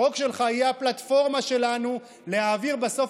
החוק שלך היה הפלטפורמה שלנו להעביר בסוף